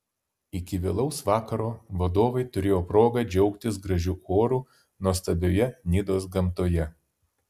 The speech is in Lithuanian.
iki vėlaus vakaro vadovai turėjo progą džiaugtis gražiu oru nuostabioje nidos gamtoje